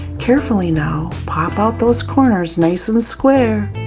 carefully now pop out those corners nice and square,